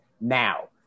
now